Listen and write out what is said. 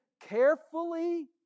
carefully